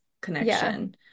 connection